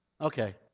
Okay